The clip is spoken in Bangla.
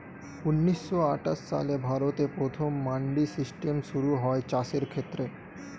ঊন্নিশো আটাশ সালে ভারতে প্রথম মান্ডি সিস্টেম শুরু হয় চাষের ক্ষেত্রে